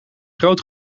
groot